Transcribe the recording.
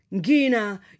gina